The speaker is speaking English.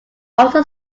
also